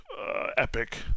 Epic